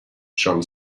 john